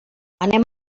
anem